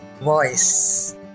voice